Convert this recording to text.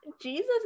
Jesus